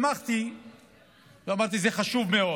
שמחתי ואמרתי שזה חשוב מאוד,